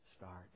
start